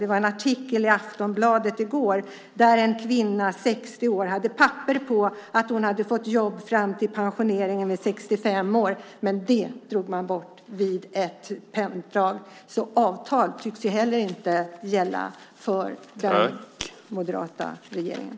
Det var en artikel i Aftonbladet i går om en kvinna, 60 år, som hade fått papper på att hon hade jobb fram till pensioneringen vid 65 år, men det drog man bort med ett penndrag, så avtal tycks inte gälla för den moderata regeringen.